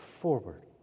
Forward